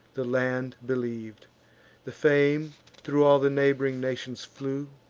the land believ'd the fame thro' all the neighb'ring nations flew,